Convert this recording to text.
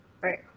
right